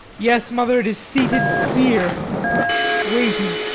yes, mother, it is seated here waiting.